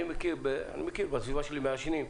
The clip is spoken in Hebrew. אני מכיר בסביבה שלי מעשנים.